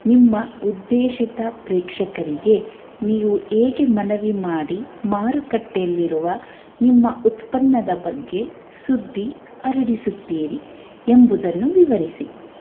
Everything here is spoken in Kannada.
ನಿಮ್ಮ ಉದ್ದೇಶಿತ ಪ್ರೇಕ್ಷಕರಿಗೆ ನೀವು ಹೇಗೆ ಮನವಿ ಮಾಡಿ ಮಾರುಕಟ್ಟೆಯಲ್ಲಿರುವ ನಿಮ್ಮ ಉತ್ಪನ್ನದ ಬಗ್ಗೆ ಸುದ್ದಿ ಹರಡಿಸುತ್ತೀರಿ ಎಂಬುದನ್ನು ವಿವರಿಸಿ